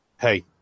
hey